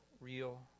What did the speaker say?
real